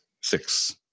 Six